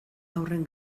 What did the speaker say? haurren